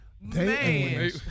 Man